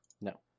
No